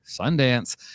Sundance